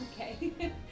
Okay